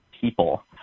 people